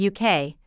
UK